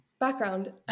Background